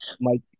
Mike